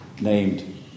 named